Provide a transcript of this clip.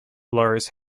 lars